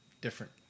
different